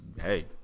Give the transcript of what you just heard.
hey